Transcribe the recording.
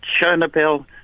Chernobyl